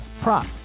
prop